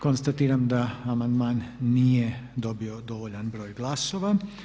Konstatiram da amandman nije dobio dovoljan broj glasova.